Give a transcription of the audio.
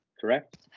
correct